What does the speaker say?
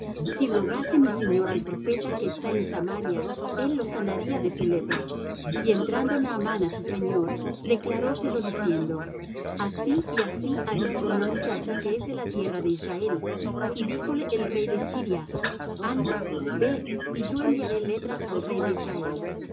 si rogase mi señor al profeta que está en samaria él lo sanaría de su lepra y entrando naamán á su señor declaróselo diciendo así y así ha dicho una muchacha que es de la tierra de israel y díjole el rey de siria anda ve y yo enviaré letras al rey de israel